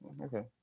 okay